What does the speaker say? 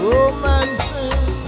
Romancing